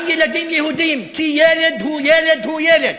גם ילדים יהודים, כי ילד הוא ילד הוא ילד.